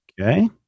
Okay